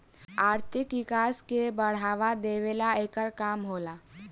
आर्थिक विकास के बढ़ावा देवेला एकर काम होला